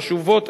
חשובות,